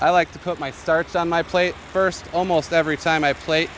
i like to put my starts on my plate first almost every time i play